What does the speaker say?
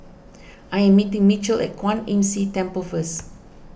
I am meeting Mitchell at Kwan Imm See Temple first